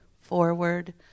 forward